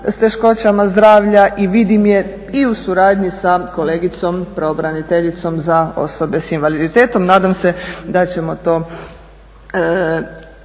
s teškoćama zdravlja i vidim je i u suradnji sa kolegicom pravobraniteljicom za osobe s invaliditetom. Nadam se da ćemo to i ostvariti.